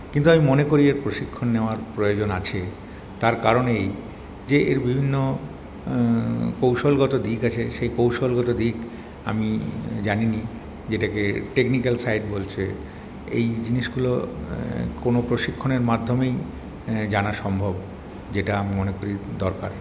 কিন্তু আমি মনে করি এর প্রশিক্ষণ নেওয়ার প্রয়োজন আছে তার কারণ এই যে এর বিভিন্ন কৌশলগত দিক আছে সেই কৌশলগত দিক আমি জানিনি যেটাকে টেকনিকাল সাইড বলছে এই জিনিসগুলো কোন প্রশিক্ষণের মাধ্যমেই জানা সম্ভব যেটা আমি মনে করি দরকার